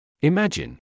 Imagine